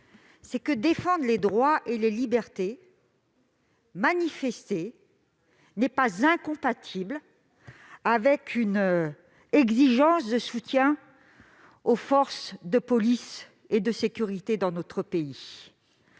que défendre les droits et les libertés ou manifester n'est pas incompatible avec une exigence de soutien aux forces de police et de sécurité dans notre pays.